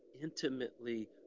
intimately